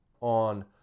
on